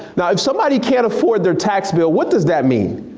now if somebody can afford their tax bill, what does that mean?